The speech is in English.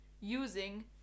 using